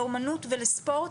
לאמנות ולספורט,